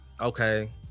okay